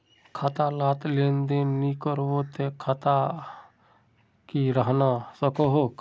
खाता डात लेन देन नि करबो ते खाता दा की रहना सकोहो?